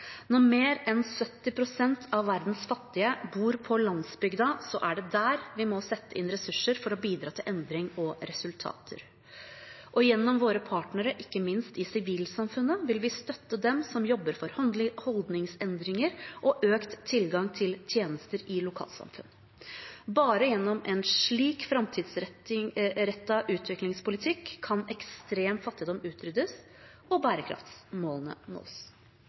Når mer enn 70 pst. av verdens fattige bor på landsbygda, er det der vi må sette inn ressurser for å bidra til endring og resultater. Gjennom våre partnere, ikke minst i sivilsamfunnet, vil vi støtte dem som jobber for holdningsendringer og økt tilgang til tjenester i lokalsamfunn. Bare gjennom en slik framtidsrettet utviklingspolitikk kan ekstrem fattigdom utryddes og bærekraftsmålene nås.